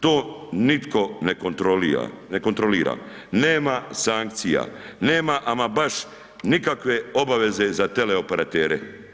To nitko ne kontrolira, nema sankcija, nema ama baš nikakve obaveze za teleoperatere.